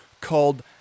called